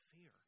fear